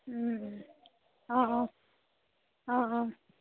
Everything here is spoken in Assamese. অঁ অঁ অঁ অঁ